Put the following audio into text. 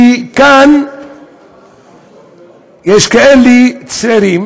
כי כאן יש צעירים